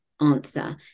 answer